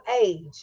age